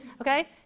Okay